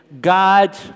God